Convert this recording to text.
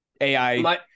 AI